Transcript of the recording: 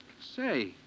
Say